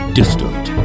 distant